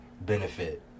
benefit